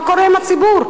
מה קורה עם הציבור.